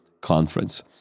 conference